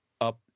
up